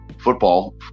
football